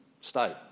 state